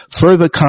further